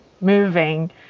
moving